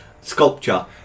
sculpture